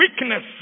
weakness